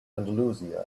andalusia